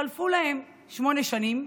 חלפו להן שמונה שנים,